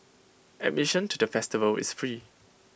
admission to the festival is free